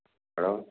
hello